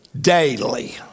daily